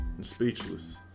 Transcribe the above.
Speechless